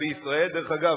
בישראל, דרך אגב,